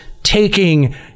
taking